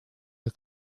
the